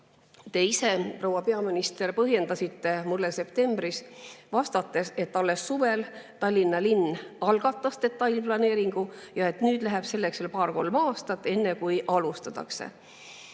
ise, proua peaminister, põhjendasite mulle septembris vastates, et alles suvel Tallinna linn algatas detailplaneeringu ja nüüd läheb veel paar-kolm aastat, enne kui [seda